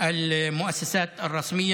המוסדות הרשמיים